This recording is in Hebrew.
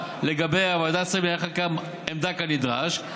לגביה ועדת שרים לענייני חקיקה עמדה כנדרש,